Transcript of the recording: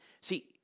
See